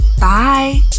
Bye